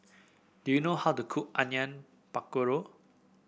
do you know how to cook Onion Pakora